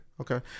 Okay